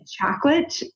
chocolate